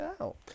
out